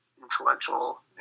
influential